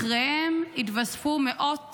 אחריהם התווספו מאות